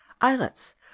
islets